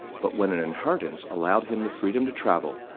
but when an inheritance allowed him the freedom to travel,